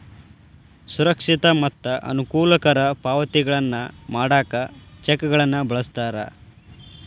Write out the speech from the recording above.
ಸುರಕ್ಷಿತ ಮತ್ತ ಅನುಕೂಲಕರ ಪಾವತಿಗಳನ್ನ ಮಾಡಾಕ ಚೆಕ್ಗಳನ್ನ ಬಳಸ್ತಾರ